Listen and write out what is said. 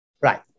Right